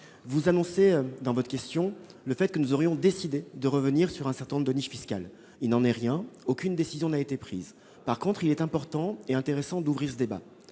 Vous annoncez, dans votre question, que nous aurions décidé de revenir sur certaines niches fiscales. Or il n'en est rien, aucune décision n'ayant été prise. En revanche, il est important et intéressant d'ouvrir ce débat.